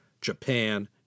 Japan